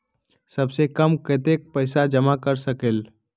सबसे कम कतेक पैसा जमा कर सकेल?